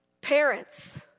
Parents